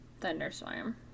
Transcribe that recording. thunderstorm